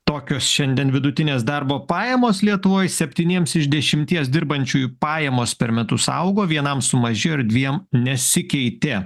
tokios šiandien vidutinės darbo pajamos lietuvoj septyniems iš dešimties dirbančiųjų pajamos per metus augo vienam sumažėjo ir dviem nesikeitė